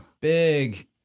big